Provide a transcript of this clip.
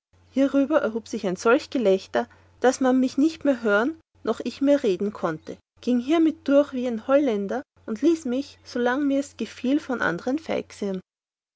hierüber erhub sich ein solch gelächter daß man mich nicht mehr hören noch ich mehr reden konnte gieng hiemit durch wie ein holländer und ließ mich solang mirs gefiel von andern